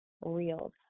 reels